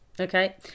Okay